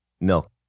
milk